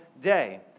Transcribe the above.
day